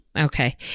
Okay